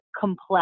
complex